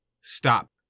Stop